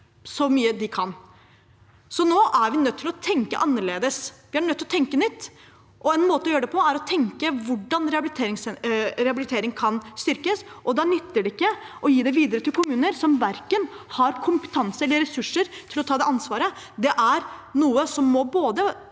så mye de kan. Nå er vi nødt til å tenke annerledes. Vi er nødt til å tenke nytt, og en måte å gjøre det på er å tenke på hvordan rehabilitering kan styrkes. Da nytter det ikke å gi det videre til kommuner som verken har kompetanse eller ressurser til å ta det ansvaret. Det er noe som må være